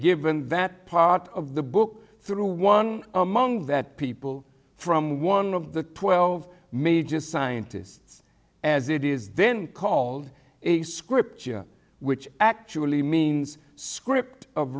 given that part of the book through one among that people from one of the twelve major scientists as it is then called a scripture which actually means script of